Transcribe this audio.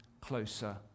closer